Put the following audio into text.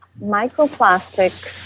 Microplastics